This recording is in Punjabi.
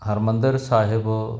ਹਰਿਮੰਦਰ ਸਾਹਿਬ